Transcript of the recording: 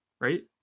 right